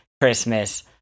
Christmas